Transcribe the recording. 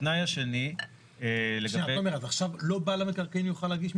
התנאי השני --- אז עכשיו לא בעל המקרקעין יוכל להגיש.